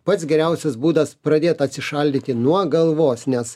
pats geriausias būdas pradėt atsišaldyti nuo galvos nes